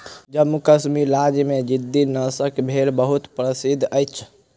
जम्मू कश्मीर राज्य में गद्दी नस्लक भेड़ बहुत प्रसिद्ध अछि